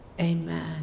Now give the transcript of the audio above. Amen